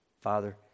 Father